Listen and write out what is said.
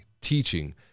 teaching